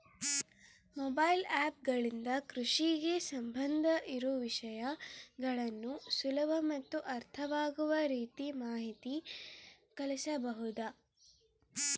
Mobile app ಗಳಿಂದ ಕೃಷಿಗೆ ಸಂಬಂಧ ಇರೊ ವಿಷಯಗಳನ್ನು ಸುಲಭ ಮತ್ತು ಅರ್ಥವಾಗುವ ರೇತಿ ಮಾಹಿತಿ ಕಳಿಸಬಹುದಾ?